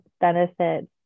benefits